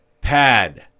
Pad